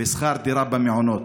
ושכר דירה במעונות.